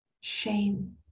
shame